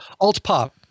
Alt-Pop